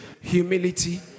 humility